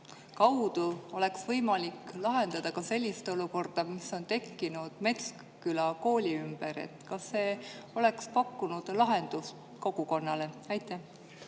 kaudu oleks võimalik lahendada ka sellist olukorda, mis on tekkinud Metsküla kooli ümber? Kas see pakuks kogukonnale